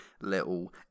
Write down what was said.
little